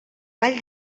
vall